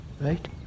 Right